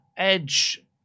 Edge